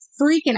freaking